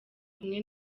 kumwe